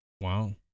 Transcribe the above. Wow